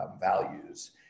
values